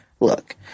Look